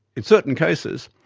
in certain cases,